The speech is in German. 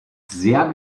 sehr